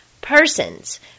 persons